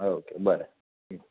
okay बरें